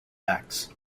acts